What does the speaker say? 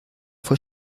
fue